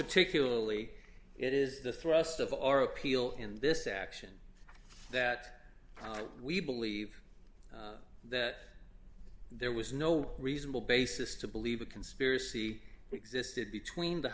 particularly it is the thrust of our appeal in this action that we believe that there was no reasonable basis to believe a conspiracy existed between the